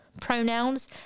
pronouns